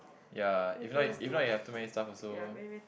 ya if like if like you have too many stuffs also